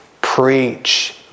preach